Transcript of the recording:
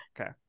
okay